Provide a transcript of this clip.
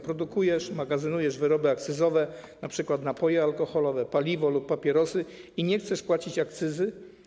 Produkujesz, magazynujesz wyroby akcyzowe, np. napoje alkoholowe, paliwo lub papierosy, i nie chcesz płacić akcyzy.